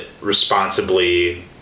responsibly